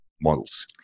models